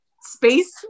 space